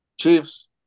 Chiefs